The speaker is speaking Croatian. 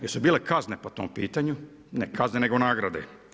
Jesu bile kazne po tom pitanju? ne kazne nego nagrade.